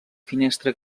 finestra